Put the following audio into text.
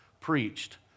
preached